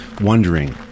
wondering